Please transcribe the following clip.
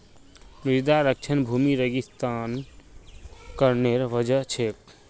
मृदा क्षरण भूमि रेगिस्तानीकरनेर वजह छेक